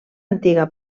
antiga